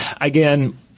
again